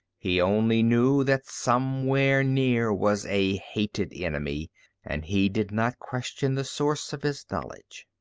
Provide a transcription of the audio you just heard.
he only knew that somewhere near was a hated enemy and he did not question the source of his knowledge.